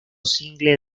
single